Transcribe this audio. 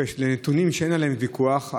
על נתונים שאין עליהם ויכוח,